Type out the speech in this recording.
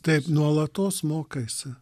taip nuolatos mokaisi